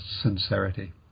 sincerity